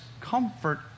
comfort